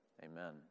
Amen